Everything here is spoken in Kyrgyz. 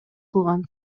кылган